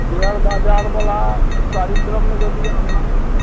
share बजारवला कार्यक्रममे यदि अहाँ